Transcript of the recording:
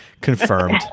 confirmed